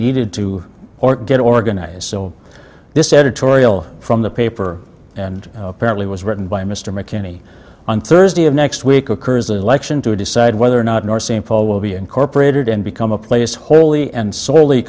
needed to get organized so this editorial from the paper and apparently was written by mr mckinney on thursday of next week occurs the election to decide whether or not north st paul will be incorporated and become a place wholly and s